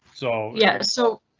so yeah, so.